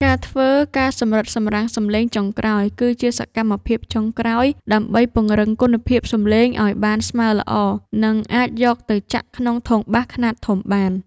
ការធ្វើ ការសម្រិតសម្រាំងសំឡេងចុងក្រោយ គឺជាសកម្មភាពចុងក្រោយដើម្បីពង្រឹងគុណភាពសំឡេងឱ្យបានស្មើល្អ និងអាចយកទៅចាក់ក្នុងធុងបាសខ្នាតធំបាន។